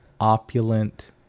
opulent